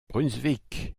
brunswick